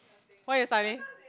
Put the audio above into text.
why you study